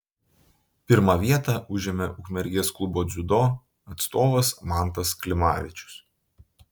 pirmą vietą užėmė ukmergės klubo dziudo atstovas mantas klimavičius